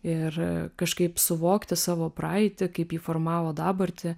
ir kažkaip suvokti savo praeitį kaip ji formavo dabartį